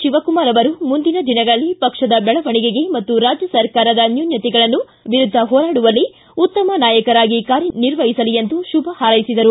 ಶಿವಕುಮಾರ್ ಅವರು ಮುಂದಿನ ದಿನಗಳಲ್ಲಿ ಪಕ್ಷದ ಬೆಳವಣಿಗೆಗೆ ಪಾಗೂ ರಾಜ್ಯ ಸರ್ಕಾರದ ನ್ಯೂನ್ಥತೆಗಳ ವಿರುದ್ಧ ಹೋರಾಡುವಲ್ಲಿ ಉತ್ತಮ ನಾಯಕರಾಗಿ ಕಾರ್ಯನಿರ್ವಹಿಸಲಿ ಎಂದು ಶುಭ ಹಾರೈಸಿದರು